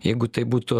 jeigu tai būtų